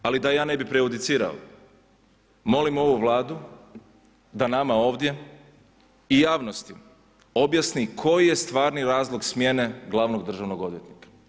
Ali da ja ne bi prejudicirao, molim ovu Vladu da nama ovdje i javnosti objasni koji je stvarni razlog smjene glavnog državnog odvjetnika.